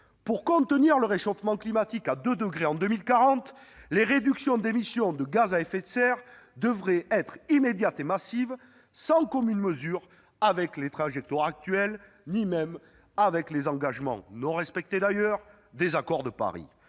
Pour contenir le réchauffement climatique à 2 degrés en 2040, les réductions d'émissions de gaz à effet de serre devraient être immédiates et massives, sans commune mesure avec les trajectoires actuelles, ni même avec les engagements- non respectés d'ailleurs -de l'accord de Paris.